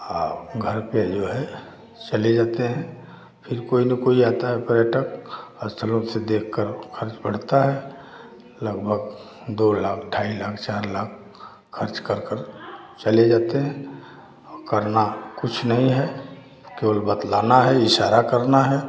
और घर पर जो है चले जाते हैं फिर कोई न कोई आता है पर्यटक अस्थलों से देखकर खर्च बढ़ता है लगभग दो लाख ढाई लाख चार लाख खर्च करके चले जाते हैं और करना कुछ नहीं है केवल बतलाना है इशारा करना है